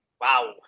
Wow